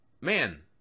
man